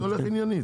אני הולך עניינית.